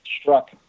struck